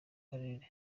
karere